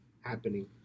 Happening